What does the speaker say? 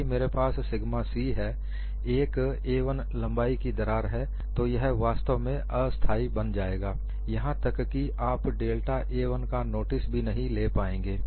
यदि मेरे पास सिगमा c है एक a1 लंबाई की दरार तो यह वास्तव में अस्थाई बन जाएगा यहां तक कि आप डेल्टा a1 का नोटिस भी नहीं ले पाएंगे